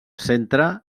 centre